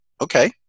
Okay